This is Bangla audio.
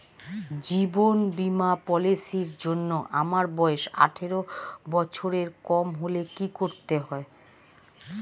জীবন বীমা পলিসি র জন্যে আমার বয়স আঠারো বছরের কম হলে কি করতে হয়?